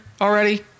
already